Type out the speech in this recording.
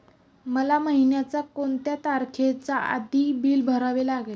मला महिन्याचा कोणत्या तारखेच्या आधी बिल भरावे लागेल?